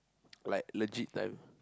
like legit time